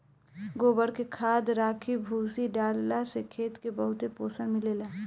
गोबर के खाद, राखी, भूसी डालला से खेत के बहुते पोषण मिलेला